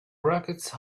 brackets